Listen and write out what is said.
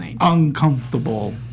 uncomfortable